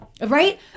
Right